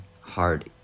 hard